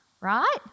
right